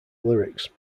lyrics